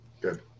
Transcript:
Good